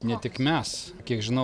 ne tik mes kiek žinau